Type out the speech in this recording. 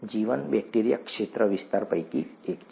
જીવન બેક્ટેરિયા ક્ષેત્રવિસ્તાર પૈકી એક છે